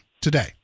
today